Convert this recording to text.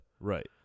Right